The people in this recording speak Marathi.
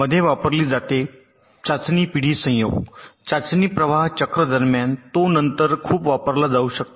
मध्ये वापरली जाते चाचणी पिढी संयोग चाचणी प्रवाह चक्र दरम्यान तो नंतर खूप वापरला जाऊ शकतो